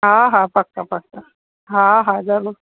हा हा पक पक हा हा ज़रूरु